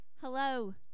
hello